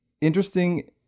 interesting